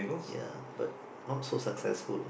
ya but not so successful